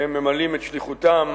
שהם ממלאים את שליחותם,